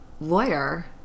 lawyer